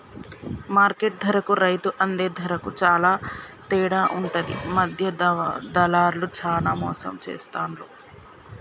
market ధరకు రైతు అందే ధరకు చాల తేడా ఉంటది మధ్య దళార్లు చానా మోసం చేస్తాండ్లు